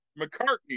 McCartney